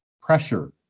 pressure